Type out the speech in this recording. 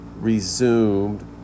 resumed